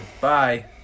Bye